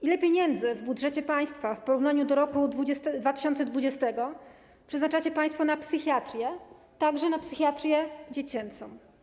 Ile pieniędzy w budżecie państwa w porównaniu do roku 2020 przeznaczacie państwo na psychiatrię, także na psychiatrię dziecięcą?